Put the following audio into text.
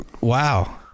Wow